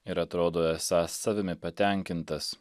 ir atrodo esąs savimi patenkintas